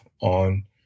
on